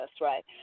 right